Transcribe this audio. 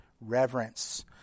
reverence